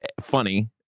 funny